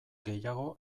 gehiago